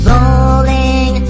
Rolling